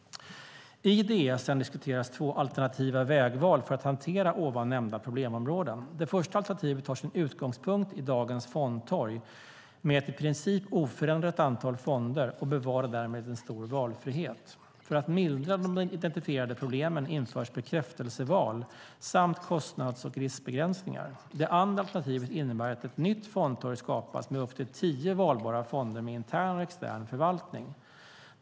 I Ds 2013:35 diskuteras två alternativa vägval för att hantera ovan nämnda problemområden. Det första alternativet tar sin utgångspunkt i dagens fondtorg, med ett i princip oförändrat antal fonder, och bevarar därmed en stor valfrihet. För att mildra de identifierade problemen införs bekräftelseval samt kostnads och riskbegränsningar. Det andra alternativet innebär att ett nytt fondtorg skapas med upp till tio valbara fonder med intern och extern förvaltning.